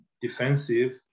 defensive